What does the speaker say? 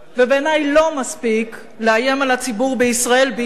בעיני לא מספיק לאיים על הציבור בישראל באיומים